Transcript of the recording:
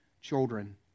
Children